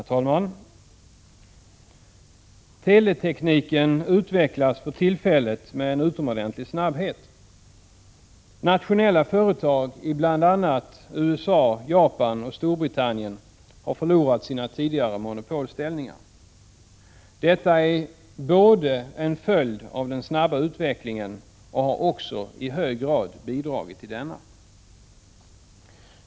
Herr talman! Teletekniken utvecklas för tillfället med en utomordentlig snabbhet. Nationella företag i bl.a. USA, Japan och Storbritannien har förlorat sina tidigare monopolställningar. Detta är en följd av den snabba utvecklingen och har också i hög grad bidragit till den.